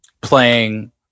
playing